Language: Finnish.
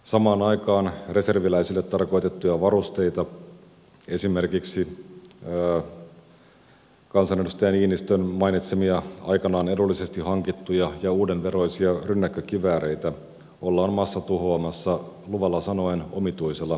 samaan aikaan reserviläisille tarkoitettuja varusteita esimerkiksi kansanedustaja niinistön mainitsemia aikanaan edullisesti hankittuja ja uudenveroisia rynnäkkökivääreitä ollaan massatuhoamassa luvalla sanoen omituisella vimmalla